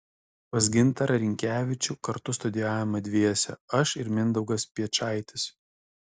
pas gintarą rinkevičių kartu studijavome dviese aš ir mindaugas piečaitis